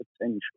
potential